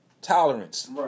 tolerance